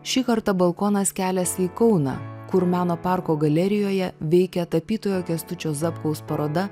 šį kartą balkonas keliasi į kauną kur meno parko galerijoje veikia tapytojo kęstučio zapkaus paroda